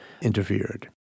interfered